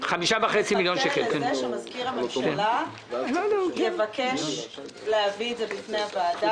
מחכה לזה שמזכיר הממשלה יבקש להביא את זה בפני הוועדה,